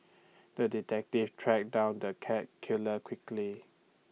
the detective tracked down the cat killer quickly